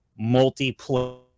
multiplayer